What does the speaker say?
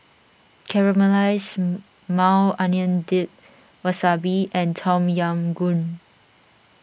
Caramelized Maui Onion Dip Wasabi and Tom Yam Goong